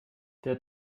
der